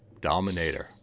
Dominator